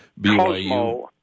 BYU